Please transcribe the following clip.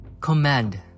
command